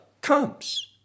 comes